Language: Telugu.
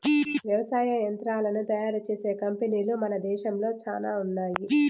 వ్యవసాయ యంత్రాలను తయారు చేసే కంపెనీలు మన దేశంలో చానా ఉన్నాయి